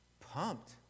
pumped